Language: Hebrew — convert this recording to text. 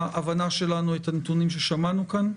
הנתונים ששמענו כאן,